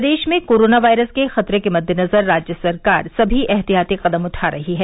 प्रदेश में corona virus के खतरे के मददेनजर राज्य सरकार सभी ऐहतियाती कदम उठा रही है